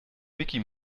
micky